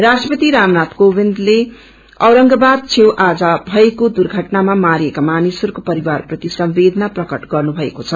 राष्ट्रपति रामनाथ कोवन्दिले औरगाबाद छेउ आज भएको दुँघटनामा मारिएका मानिसहरूको पोरेवारप्रति सन्वेदना प्रकट गर्नुभएको छ